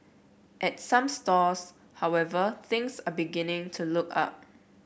at some stores however things are beginning to look up